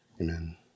Amen